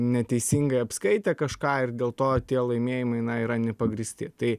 neteisingai apskaitė kažką ir dėl to tie laimėjimai na yra nepagrįsti tai